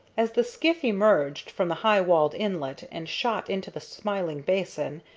as the skiff emerged from the high-walled inlet and shot into the smiling basin,